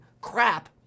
crap